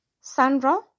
Sandra